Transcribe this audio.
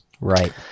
right